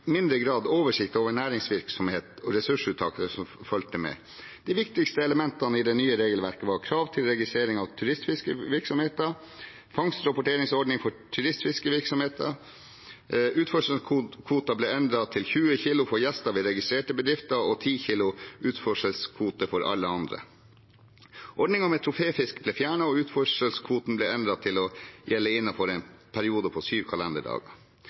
mindre grad oversikt over næringsvirksomheten og ressursuttaket som fulgte med. De viktigste elementene i det nye regelverket var krav til registrering av turistfiskevirksomheter og fangstrapporteringsordning for turistfiskevirksomheter, utførselskvoten ble endret til 20 kg for gjester ved registrerte bedrifter og 10 kg utførselskvote for alle andre, ordningen med troféfisk ble fjernet, og utførselskvoten ble endret til å gjelde innenfor en periode på syv kalenderdager.